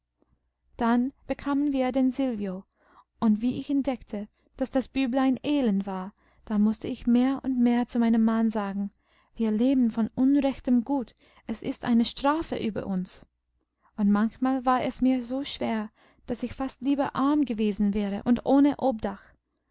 dann bekamen wir den silvio und wie ich entdeckte daß das büblein elend war da mußte ich mehr und mehr zu meinem mann sagen wir leben von unrechtem gut es ist eine strafe über uns und manchmal war es mir so schwer daß ich fast lieber arm gewesen wäre und ohne obdach